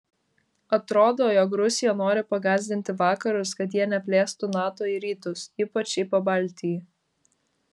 atrodo jog rusija nori pagąsdinti vakarus kad jie neplėstų nato į rytus ypač į pabaltijį